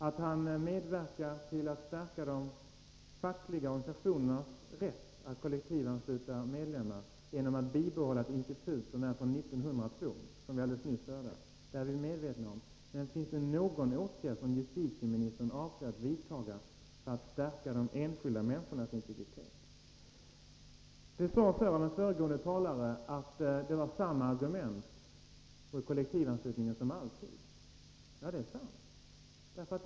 Att han medverkar till att stärka de fackliga organisationernas rätt att kollektivansluta medlemmar genom att bibehålla ett institut som är från 1902 — som vi alldeles nyss hörde — det är vi medvetna om, men finns det någon åtgärd som justitieministern avser att vidta för att stärka de enskilda människornas integritet? Det sades av den föregående talaren att det var samma argument mot kollektivanslutningen som alltid. Ja, det är sant.